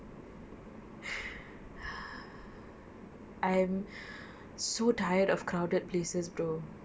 I am so tired of crowded places brother